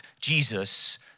Jesus